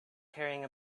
carrying